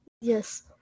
Yes